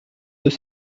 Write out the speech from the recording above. deux